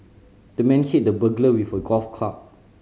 the man hit the burglar with a golf club